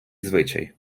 звичай